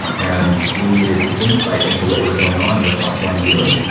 and we needed insight into what was going on with offline viewing.